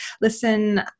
listen